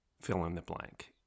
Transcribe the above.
fill-in-the-blank